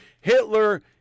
Hitler